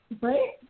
Right